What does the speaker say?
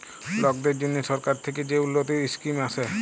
লকদের জ্যনহে সরকার থ্যাকে যে উল্ল্যতির ইসকিম আসে